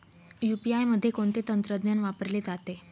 UPI मध्ये कोणते तंत्रज्ञान वापरले जाते?